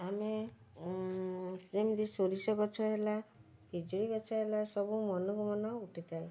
ଆମେ ଯେମିତି ସୋରିଷ ଗଛ ହେଲା ପିଜୁଳି ଗଛ ହେଲା ସବୁ ମନକୁ ମନ ଉଠିଥାଏ